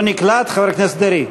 לא נקלט, חבר הכנסת דרעי?